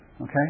Okay